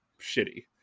shitty